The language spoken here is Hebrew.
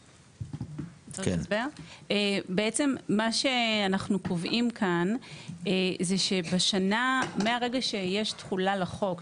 מה שאנחנו קובעים כאן זה שמהרגע שיש תחולה לחוק,